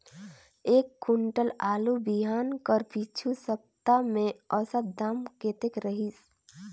एक कुंटल आलू बिहान कर पिछू सप्ता म औसत दाम कतेक रहिस?